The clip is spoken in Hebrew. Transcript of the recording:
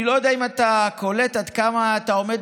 אני לא יודע אם אתה קולט עד כמה אתה עומד